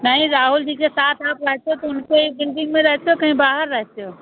नहीं राहुल जी के साथ आप रहते तो उनके ही बिल्डिंग में रहते हो कहीं बाहर रहते हो